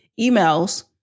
emails